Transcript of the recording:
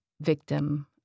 victim